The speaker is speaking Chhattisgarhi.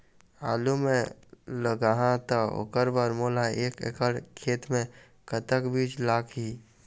आलू मे लगाहा त ओकर बर मोला एक एकड़ खेत मे कतक बीज लाग ही?